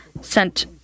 sent